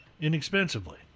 inexpensively